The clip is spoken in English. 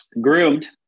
groomed